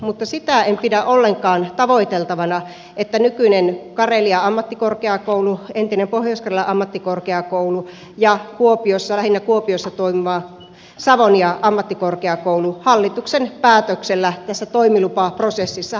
mutta sitä en pidä ollenkaan tavoiteltavana että nykyinen karelia ammattikorkeakoulu entinen pohjois karjalan ammattikorkeakoulu ja lähinnä kuopiossa toimiva savonia ammattikorkeakoulu hallituksen päätöksellä tässä toimilupaprosessissa laitettaisiin yhteen